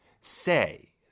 say